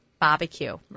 barbecue